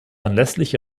anlässlich